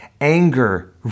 anger